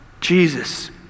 Jesus